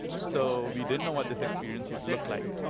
so we didn't know what this experience would look like.